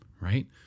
right